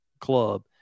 club